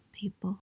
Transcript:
people